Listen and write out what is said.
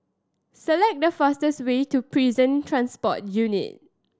select the fastest way to Prison Transport Unit